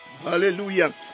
Hallelujah